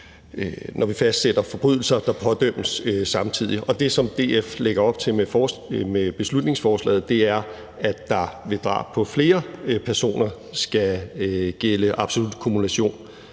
når vi fastsætter forbrydelser, der pådømmes samtidig. Det, som DF lægger op til med beslutningsforslaget, er, at der ved drab på flere personer skal gælde absolut kumulation,